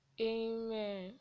Amen